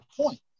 point